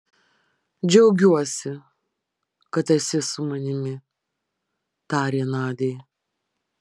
džiaugiuosi kad esi su manimi tarė nadiai